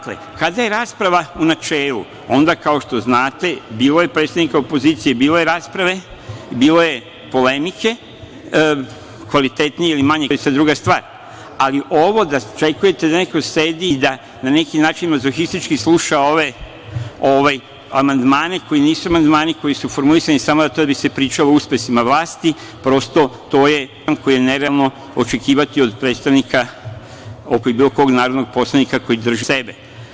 Kada je rasprava u načelu, onda kao što znate, bilo je predstavnika opozicije, bilo je rasprave, bilo je polemike, kvalitetnije ili manje kvalitetne, to je sada druga stvar, ali ovo da očekujete da neko sedi i da na neki način mazohistički sluša ove amandmane koji nisu amandmani koji su formulisani samo za to da bi se pričalo o uspesima vlasti, prosto to je mazohizam koji je nerealno očekivati od predstavnika opozicije, ja bih rekao i bilo kog narodnog poslanika koji drži do sebe.